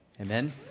Amen